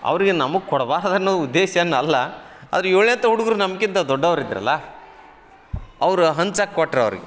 ಅವರಿಗೆ ನಮಗೆ ಕೊಡ್ಬಾರ್ದನ್ನೋ ಉದ್ದೇಶ ಏನಲ್ಲ ಆದ್ರ ಏಳನೇ ತ ಹುಡುಗ್ರು ನಮ್ಕಿಂತ ದೊಡ್ಡವ್ರಿದರಲ್ಲಾ ಅವರು ಹಂಚಾಕೆ ಕೊಟ್ರು ಅವ್ರಿಗೆ